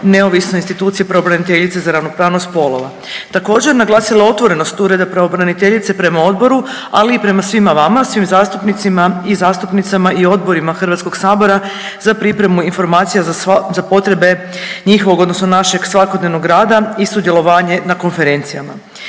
neovisno o instituciji pravobraniteljice za ravnopravnost spolova. Također naglasila otvorenost Ureda pravobraniteljice prema odboru, ali i prema svima vama, svim zastupnicima i zastupnicama i odborima Hrvatskog sabora za pripremu informacija za potrebe njihovog, odnosno našeg svakodnevnog rada i sudjelovanje na konferencijama.